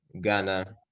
Ghana